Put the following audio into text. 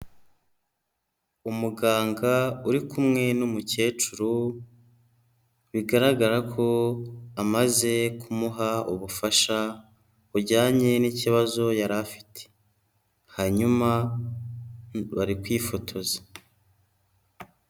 Umuganga uri kumwe n'umukecuru, bigaragara ko amaze kumuha ubufasha bujyanye n'ikibazo yari afite, hanyuma bari kwifotoza.